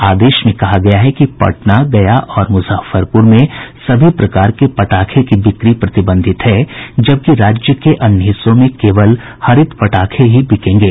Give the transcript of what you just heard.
आदेश में कहा गया है कि पटना गया और मुजफ्फरपुर में सभी प्रकार के पटाखे की बिक्री प्रतिबंधित है जबकि राज्य के अन्य हिस्सों में केवल हरित पटाखे ही बिकेंगे